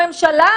מיכל,